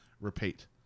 Repeat